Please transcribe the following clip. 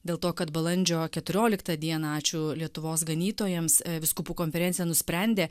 dėl to kad balandžio keturioliktą dieną ačiū lietuvos ganytojams vyskupų konferencija nusprendė